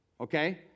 okay